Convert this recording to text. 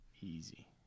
Easy